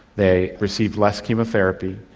they receive less chemotherapy.